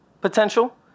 potential